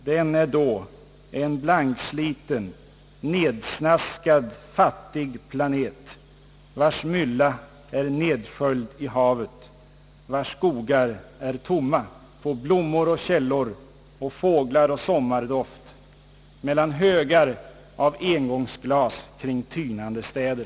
Den är då en blanksliten, nedsnaskad fattig planet vars mylla är nedsköljd i havet, vars skogar är tomma på blommor och källor och fåglar och sommardoft mellan högar av engångsglas kring tynande städer.»